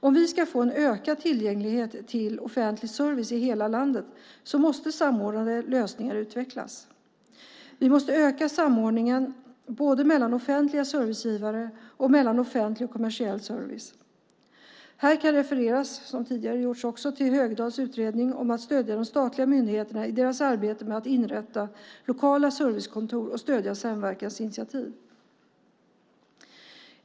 Om vi ska få en ökad tillgänglighet till offentlig service i hela landet måste samordnade lösningar utvecklas. Vi måste öka samordningen både mellan offentliga servicegivare och mellan offentlig och kommersiell service. Här kan refereras - som har gjorts tidigare - till Högdahls utredning om att stödja de statliga myndigheterna i deras arbete med att inrätta lokala servicekontor och stödja samverkansinitiativ.